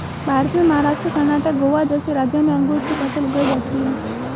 भारत में महाराष्ट्र, कर्णाटक, गोवा जैसे राज्यों में अंगूर की फसल उगाई जाती हैं